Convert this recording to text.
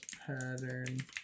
pattern